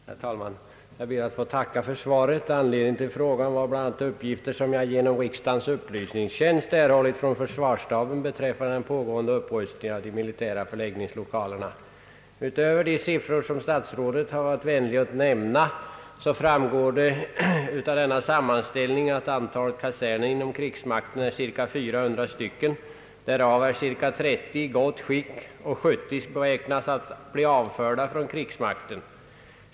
Herr talman! Jag ber att få tacka försvarsministern för svaret. Anledningen till min fråga var bl.a. de uppgifter som jag genom riksdagers upplysningstjänst erhållit från försvarsstaben beträffande den pågående upprustningen av de militära förläggningslokalerna. Utöver de siffror som statsrådet har varit vänlig att lämna framgår det av denna sammanställning att antalet kaserner inom krigsmakten är cirka 400. Därav är cirka 30 i gott skick och 70 beräknas bli avförda från krigsmakten.